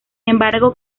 embargo